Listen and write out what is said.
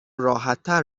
راحتتر